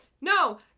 no